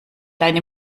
deine